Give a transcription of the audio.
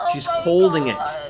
she's holding it,